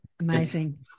amazing